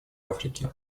африки